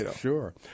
Sure